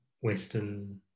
Western